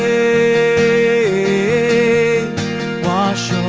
a ah